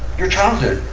your childhood.